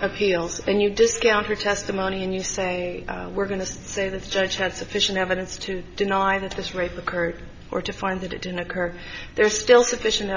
appeals and you discount her testimony and you say we're going to say this judge has sufficient evidence to deny that this right the current or to find that it didn't occur there's still sufficient